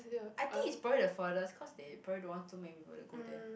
I think it's probably the furthest cause they probably don't want too many people to go there